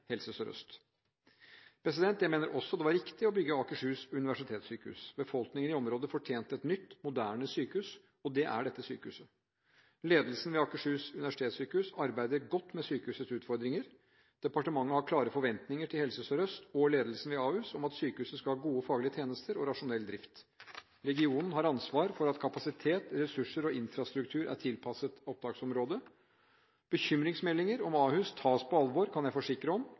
Helse Sør-Øst. Jeg mener også det var riktig å bygge Akershus universitetssykehus. Befolkningen i området fortjente et nytt, moderne sykehus, og det er dette sykehuset. Ledelsen ved Akershus universitetssykehus arbeider godt med sykehusets utfordringer. Departementet har klare forventninger til Helse Sør-Øst og ledelsen ved Ahus om at sykehuset skal ha gode faglige tjenester og rasjonell drift. Regionen har ansvar for at kapasitet, ressurser og infrastruktur er tilpasset opptaksområdet. Bekymringsmeldinger om Ahus tas på alvor – det kan jeg forsikre om,